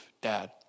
dad